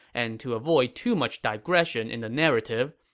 and to avoid too much digression in the narrative,